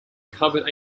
covered